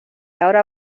ahora